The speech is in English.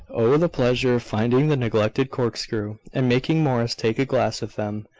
oh, the pleasure of finding the neglected corkscrew, and making morris take a glass with them!